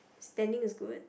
standing is good